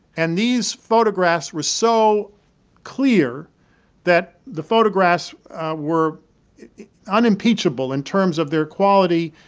and these photographs were so clear that the photographs were unimpeachable in terms of their quality,